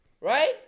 right